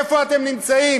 איפה אתם נמצאים?